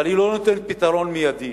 אבל היא לא נותנת פתרון מיידי